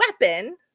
weapon